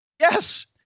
Yes